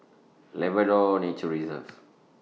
Labrador Nature Reserve